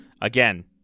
again